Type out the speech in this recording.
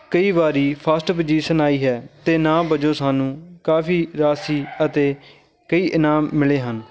ਕਈ ਵਾਰ first position ਆਈ ਹੈ ਅਤੇ ਇਨਾਮ ਵਜੋਂ ਸਾਨੂੰ ਕਾਫੀ ਰਾਸ਼ੀ ਅਤੇ ਕਈ ਇਨਾਮ ਮਿਲੇ ਹਨ